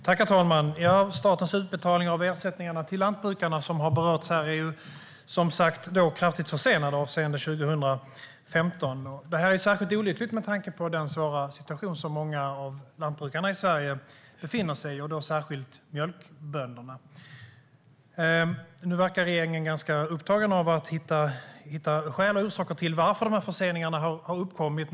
Herr talman! Statens utbetalningar av ersättningarna till lantbrukarna för 2015, som har berörts här, är som sagt kraftigt försenade. Det är särskilt olyckligt med tanke på den svåra situation som många av lantbrukarna i Sverige befinner sig i, särskilt mjölkbönderna. Nu verkar regeringen ganska upptagen av att hitta skäl och orsaker till att förseningarna har uppkommit.